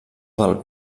del